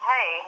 Hey